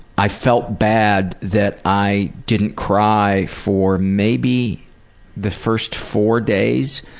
i felt bad that i didn't cry for maybe the first four days.